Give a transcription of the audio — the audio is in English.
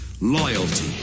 loyalty